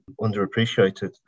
underappreciated